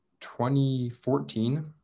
2014